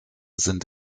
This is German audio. sind